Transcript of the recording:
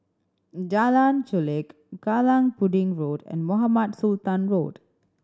Jalan Chulek Kallang Pudding Road and Mohamed Sultan Road